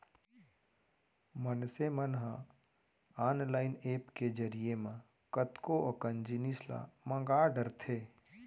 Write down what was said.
मनसे मन ह ऑनलाईन ऐप के जरिए म कतको अकन जिनिस ल मंगा डरथे